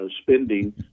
spending